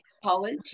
college